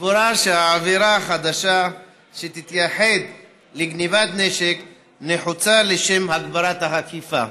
סבורה שעבירה חדשה שתתייחד לגנבת נשק נחוצה לשם הגברת האכיפה.